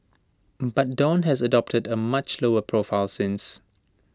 but dawn has adopted A much lower profile since